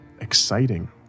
exciting